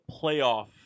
playoff